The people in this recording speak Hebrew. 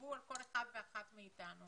תחשבו על כל אחד ואחת מאיתנו